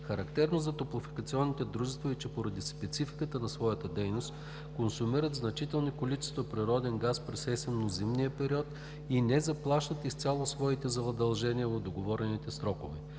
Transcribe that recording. Характерно за топлофикационните дружества е, че поради спецификата на своята дейност консумират значителни количества природен газ през есенно-зимния период и не заплащат изцяло своите задължения в договорените срокове.